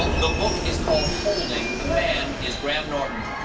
the book is called holding. the man is graham norton.